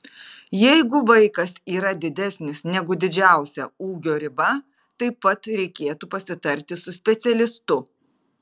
jeigu vaikas yra didesnis negu didžiausia ūgio riba taip pat reikėtų pasitarti su specialistu